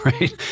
right